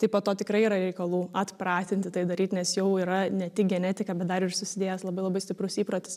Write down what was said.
tai po to tikrai yra reikalų atpratinti tai daryt nes jau yra ne tik genetika bet dar ir susidėjęs labai labai stiprus įprotis